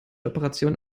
operationen